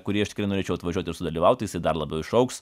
į kurį aš tikrai norėčiau atvažiuot ir sudalyvaut jisai dar labiau išaugs